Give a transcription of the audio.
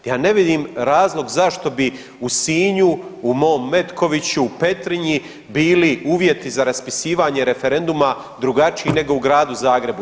Ja ne vidim razlog zašto bi u Sinju, u mom Metkoviću, u Petrinji bili uvjeti za raspisivanje referenduma drugačiji nego u Gradu Zagrebu?